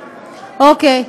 בוודאי.